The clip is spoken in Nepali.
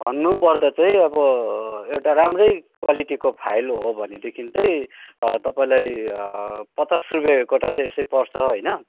भन्नुपर्दा चाहिँ अब एउटा राम्रै क्वालिटीको फाइल हो भनेदेखि चाहिँ तपाईँलाई पचास रुपियाँ गोटा चाहिँ यस्तै पर्छ होइन